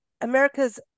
America's